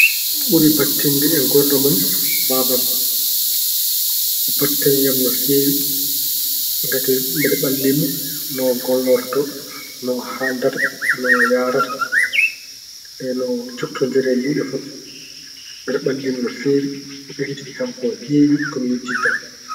Ɓuri battinde e nguurdam am ko baaba am. Omo battini e yam no feewi ngati mbeɗe ɓallii mo. No ngollorto, no haaldata, no yahrata e no jotondiri e yimɓe fof. Mbeɗe ɓallii mo no feewi, o ekkitii kam ko heewi, ko mi hejjittaa.